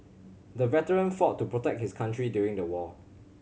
the veteran fought to protect his country during the war